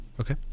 Okay